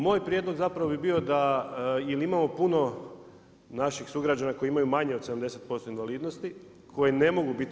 Moj prijedlog zapravo bi bio, da ili imamo puno naših sugrađana koji imaju manje od 70% invalidnosti, koje ne mogu biti